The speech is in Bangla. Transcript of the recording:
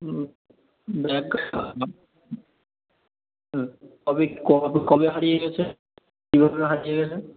হুম ব্যাগ হুম কবে কবে কবে হারিয়ে গেছে কীভাবে হারিয়ে গেছে